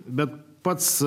bet pats